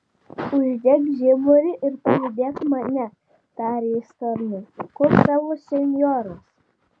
uždek žiburį ir palydėk mane tarė jis tarnui kur tavo senjoras